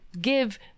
give